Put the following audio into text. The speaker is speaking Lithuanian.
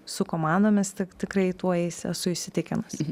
su komanomis tik tikrai tuo įs esu įsitikinusi